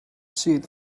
seat